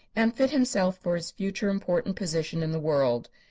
and fit himself for his future important position in the world.